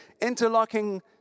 interlocking